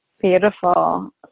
Beautiful